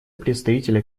представителя